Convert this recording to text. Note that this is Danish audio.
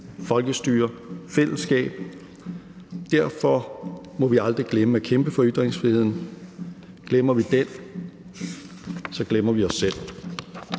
folkestyre og fællesskab. Derfor må vi aldrig glemme at kæmpe for ytringsfriheden. Glemmer vi den, glemmer vi os selv.